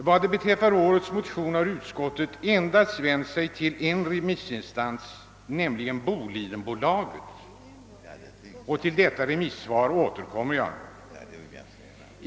Vad beträffar årets motion har utskottet endast vänt sig till en remissinstans, nämligen Bolidenbolaget, och till dess remissvar återkommer jag.